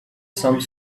some